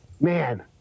man